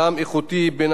ברמה המבצעית,